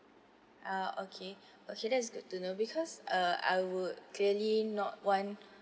ah okay okay that's good to know because uh I would clearly not one